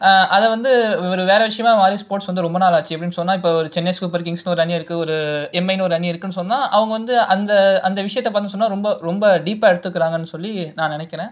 அதை வந்து ஒரு வேற விஷயமாக வெலிட் ஸ்போர்ட்ஸ் வந்து ரொம்ப நாள் ஆச்சு எப்படின்னு சொன்னால் இப்போ ஒரு சென்னை சூப்பர் கிங்ஸ்ன்னு ஒரு அணி இருக்குது ஒரு எம்ஐன்னு ஒரு அணி இருக்குன்னு சொன்னால் அவங்கள் வந்து அந்த அந்த விஷயத்தை பண்ண சொன்னால் ரொம்ப ரொம்ப டீப்பா எடுத்துக்கிறாங்கன்னு சொல்லி நான் நினக்கிற